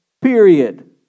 period